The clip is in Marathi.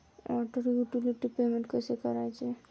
वॉटर युटिलिटी पेमेंट कसे करायचे?